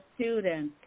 students